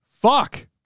fuck